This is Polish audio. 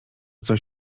coś